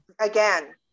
again